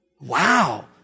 Wow